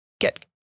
get